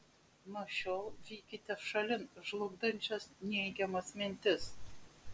nuo šiol vykite šalin žlugdančias neigiamas mintis